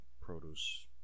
produce